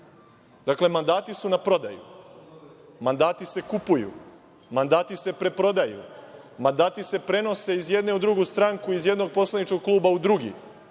dakle mandati su na prodaju, mandati se kupuju, mandati se preprodaju, mandati se prenose iz jedne u drugu stranku, iz jednog poslaničkog kluba u drugi